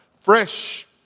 fresh